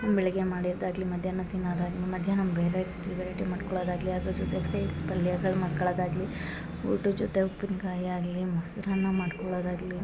ಬೆಳಗ್ಗೆ ಮಾಡಿದ್ದಾಗಲಿ ಮಧ್ಯಾಹ್ನ ತಿನ್ನೋದಾಗ್ ಮಧ್ಯಾಹ್ನ ಬೇರೆ ತಿ ವೆರೈಟಿ ಮಾಡ್ಕೊಳೋದಾಗಲಿ ಅದ್ರ ಜೊತೆಗೆ ಸೀಡ್ಸ್ ಪಲ್ಯಗಳು ಮಾಡ್ಕೊಳೊದಾಗಲಿ ಊಟದ ಜೊತೆ ಉಪ್ಪಿನ್ಕಾಯಿ ಆಗಲಿ ಮೊಸರನ್ನ ಮಾಡ್ಕೊಳೊದಾಗಲಿ